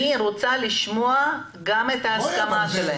אני רוצה לשמוע גם את ההסכמה שלהם.